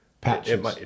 patches